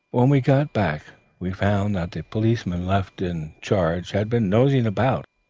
when we got back we found that the policeman left in charge had been nosing about,